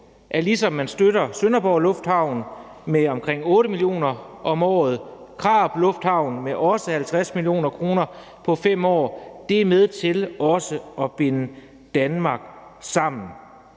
er, ligesom man støtter Sønderborg lufthavn med omkring 8 mio. kr. om året, Midtjyllands Lufthavn med også 50 mio. kr. på 5 år, med til også at binde Danmark sammen.